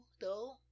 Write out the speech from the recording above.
though